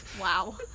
Wow